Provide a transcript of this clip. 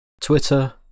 Twitter